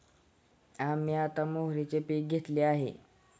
आम्ही आता मोहरीचे पीक घेतले आहे